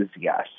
yes